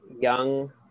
young